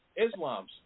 Islams